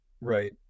right